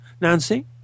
Nancy